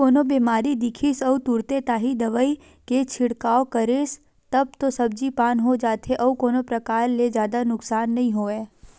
कोनो बेमारी दिखिस अउ तुरते ताही दवई के छिड़काव करेस तब तो सब्जी पान हो जाथे अउ कोनो परकार के जादा नुकसान नइ होवय